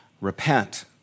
repent